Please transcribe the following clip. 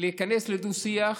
להיכנס לדו-שיח.